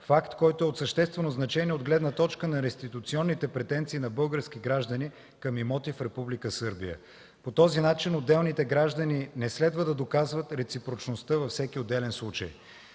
факт, който е от съществено значение от гледна точка на реституционните претенции на български граждани към имоти в Република Сърбия. По този начин отделните граждани не следва да доказват реципрочността във всеки отделен случай.